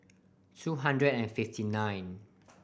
two hundred and fifty nine